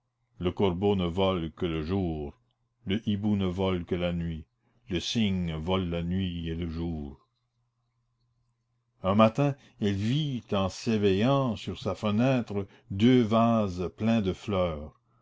le corbeau ne vole que le jour le hibou ne vole que la nuit le cygne vole la nuit et le jour un matin elle vit en s'éveillant sur sa fenêtre deux vases pleins de fleurs